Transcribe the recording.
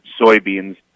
soybeans